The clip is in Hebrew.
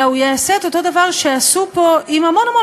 אלא יעשה אותו דבר שעשו פה עם המון המון